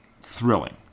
thrilling